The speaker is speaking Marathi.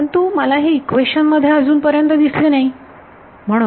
परंतु मला हे इक्वेशन मध्ये अजून पर्यंत दिसत नाही